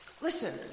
Listen